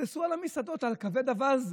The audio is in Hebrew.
תעשו על מסעדות ועל כבד אווז,